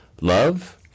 Love